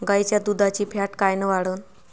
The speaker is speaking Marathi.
गाईच्या दुधाची फॅट कायन वाढन?